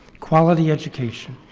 quality education,